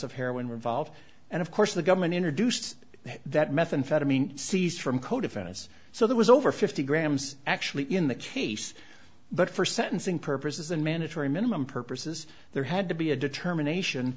of heroin revolve and of course the government introduced that methamphetamine seized from co defendants so there was over fifty grams actually in the case but for sentencing purposes and mandatory minimum purposes there had to be a determination